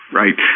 right